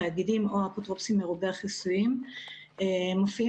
התאגידים או האפוטרופוסים מרובי החסויים מופיעים